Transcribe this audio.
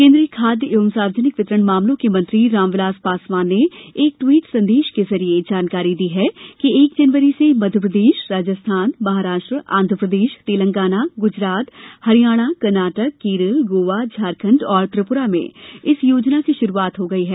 केन्द्रीय खाद्य और सार्वजनिक वितरण मामलों के मंत्री रामविलास पासवान ने एक टवीट संदेश के जरिए जानकारी दी है कि एक जनवरी से मध्यप्रदेश राजस्थान महाराष्ट्र आंध्रप्रदेश तेलंगाना गुजरात हरियाणा कर्नाटक केरल गोवा झारखण्ड और त्रिपुरा में इस योजना की शुरुआत हो गई है